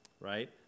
right